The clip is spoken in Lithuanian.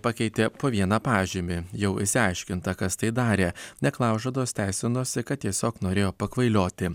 pakeitė po vieną pažymį jau išsiaiškinta kas tai darė neklaužados teisinosi kad tiesiog norėjo pakvailioti